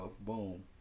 boom